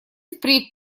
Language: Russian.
впредь